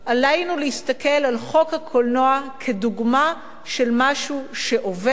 עלינו להסתכל על חוק הקולנוע כדוגמה של משהו שעובד,